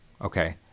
okay